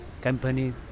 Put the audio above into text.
company